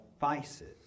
vices